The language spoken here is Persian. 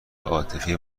عاطفی